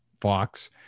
Fox